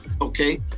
okay